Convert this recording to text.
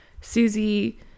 Susie